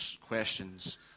questions